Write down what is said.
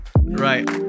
right